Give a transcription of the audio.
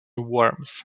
worms